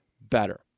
better